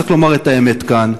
צריך לומר את האמת כאן,